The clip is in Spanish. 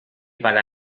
para